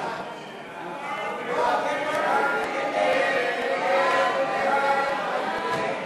הודעת הממשלה על העברת